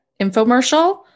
infomercial